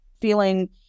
feeling